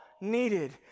needed